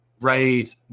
right